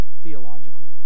theologically